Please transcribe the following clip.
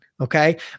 okay